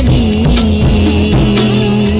e